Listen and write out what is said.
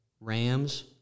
Rams